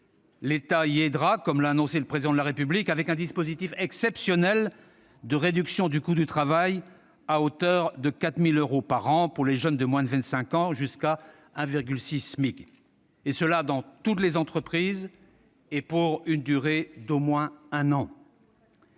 L'État y aidera, comme l'a annoncé le Président de la République, avec un dispositif exceptionnel de réduction du coût du travail, à hauteur de 4 000 euros par an, pour les jeunes de moins de 25 ans, jusqu'à 1,6 SMIC, dans toutes les entreprises et pour une durée d'au moins un an.